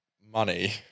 money